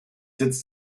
sitz